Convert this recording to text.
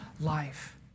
life